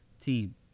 team